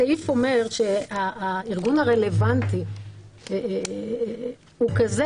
הסעיף אומר שהארגון הרלוונטי הוא כזה